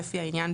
לפי העניין,